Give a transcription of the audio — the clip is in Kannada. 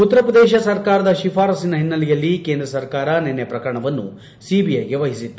ಉತ್ತರ ಪ್ರದೇಶ ಸರ್ಕಾರದ ಶಿಫಾರಸ್ವಿನ ಹಿನ್ನೆಲೆಯಲ್ಲಿ ಕೇಂದ್ರ ಸರ್ಕಾರ ನಿನ್ನೆ ಪ್ರಕರಣವನ್ನು ಸಿಬಿಐಗೆ ವಹಿಸಿತ್ತು